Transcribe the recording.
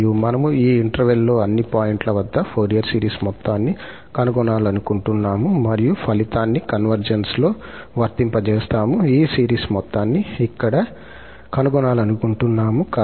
మరియు మనము ఈ ఇంటర్వెల్ లో అన్ని పాయింట్ల వద్ద ఫోరియర్ సిరీస్ మొత్తాన్ని కనుగొనాలనుకుంటున్నాము మరియు ఫలితాన్ని కన్వర్జెన్స్లో వర్తింపజేస్తాము ఈ సిరీస్ మొత్తాన్ని ఇక్కడ కనుగొనాలనుకుంటున్నాము